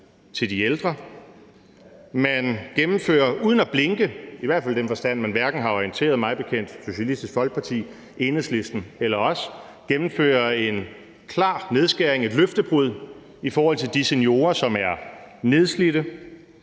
til de ældre. Man gennemfører uden at blinke – i hvert fald i den forstand, at man hverken har orienteret, mig bekendt, Socialistisk Folkeparti, Enhedslisten eller os – en klar nedskæring, et løftebrud, i forhold til de seniorer, som er nedslidte.